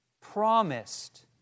promised